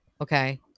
okay